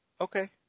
Okay